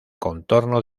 contorno